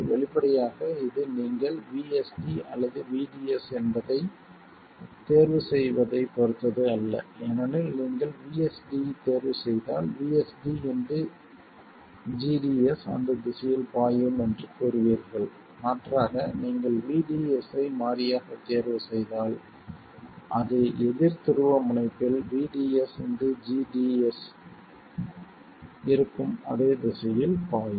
வெளிப்படையாக இது நீங்கள் vSD அல்லது vDS என்பதை தேர்வு செய்வதைப் பொறுத்தது அல்ல ஏனெனில் நீங்கள் vSD தேர்வு செய்தால் vSD gds அந்த திசையில் பாயும் என்று கூறுவீர்கள் மாற்றாக நீங்கள் vDS ஐ மாறியாக தேர்வு செய்தால் அது எதிர் துருவமுனையில் vDS gds இருக்கும் அதே திசையில் பாயும்